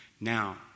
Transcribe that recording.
now